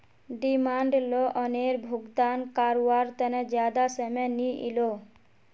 demand लोअनेर भुगतान कारवार तने ज्यादा समय नि इलोह